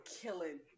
killing